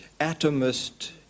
atomist